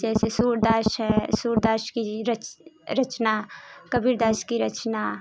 जैसे सूरदास हैं सूरदास की रच रचना कबीर दास की रचना